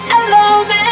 alone